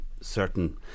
certain